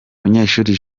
munyeshuri